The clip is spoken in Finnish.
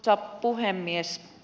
arvoisa puhemies